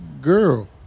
girl